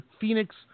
Phoenix